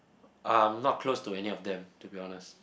I'm not close to any of them to be honest